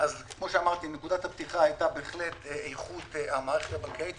נקודת הפתיחה הייתה בהחלט איכות המערכת הבנקאית.